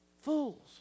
Fools